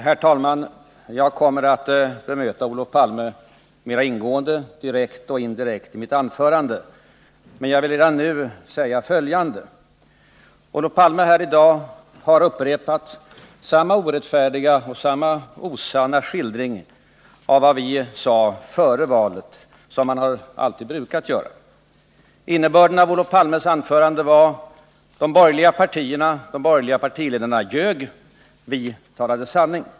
Herr talman! Jag kommer att bemöta Olof Palme mer ingående, direkt och indirekt, i mitt huvudanförande, men jag vill redan nu säga följande. Olof Palme har här i dag upprepat samma orättfärdiga och osanna skildring av vad vi sade före valet som han alltid ger. Innebörden av Olof Palmes anförande var: De borgerliga partiledarna ljög, vi talade sanning.